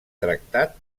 tractat